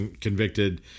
convicted